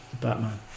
Batman